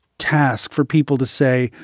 task for people to say,